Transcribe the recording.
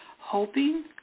hoping